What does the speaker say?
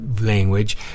language